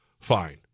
fine